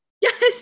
Yes